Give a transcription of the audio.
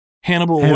Hannibal